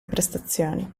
prestazioni